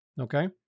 okay